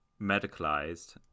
medicalized